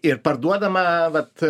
ir parduodama vat